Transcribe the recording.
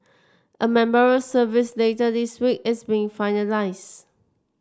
a memorial service later this week is being finalised